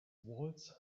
walls